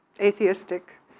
atheistic